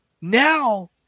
now